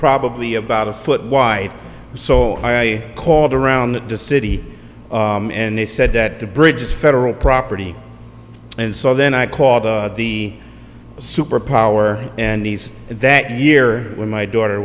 probably about a foot wide so i called around to city and they said that the bridges federal property and so then i caught the superpower and these that year when my daughter